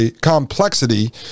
complexity